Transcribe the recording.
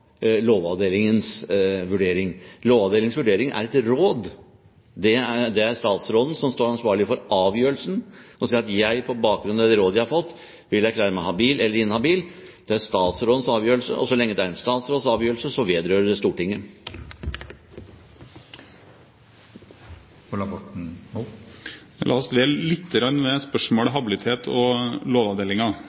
Lovavdelingens vurdering. Lovavdelingens vurdering er et råd. Det er statsråden som står ansvarlig for avgjørelsen og sier at jeg vil, på bakgrunn av det rådet jeg har fått, erklære meg habil eller inhabil. Det er statsrådens avgjørelse, og så lenge det er en statsråds avgjørelse, vedrører det Stortinget. La oss dvele lite grann ved spørsmålet habilitet og